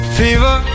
fever